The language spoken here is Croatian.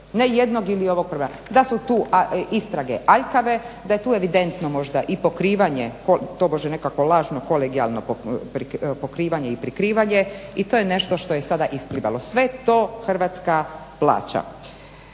ne jednog ili ovog prva. Da su tu istrage aljkave, da je tu evidentno možda i pokrivanje tobože možda nekakvo lažno kolegijalno pokrivanje i prikrivanje i to je nešto što je sada isplivalo. Sve to Hrvatska plaća.